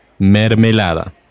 mermelada